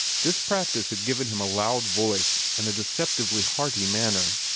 this practice had given him a loud voice and a deceptively hearty manner,